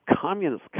communist